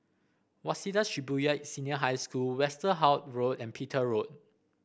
Waseda Shibuya Senior High School Westerhout Road and Petir Road